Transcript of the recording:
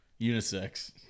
Unisex